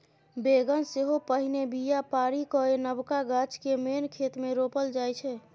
बेगन सेहो पहिने बीया पारि कए नबका गाछ केँ मेन खेत मे रोपल जाइ छै